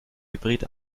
hybrid